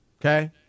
okay